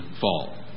fall